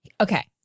Okay